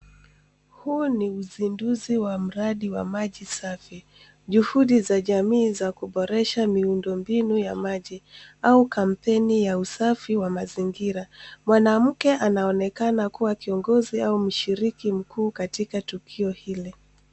Huu ni uzinduzi wa mradi wa maji safi. Juhudi za jamii za kuboresha miundombinu ya maji au kampeni ya usafi wa mazingira. Mwanamke anaonekana kuwa kiongozi au mshiriki mkuu katika tukio hili.